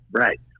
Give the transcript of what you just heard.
right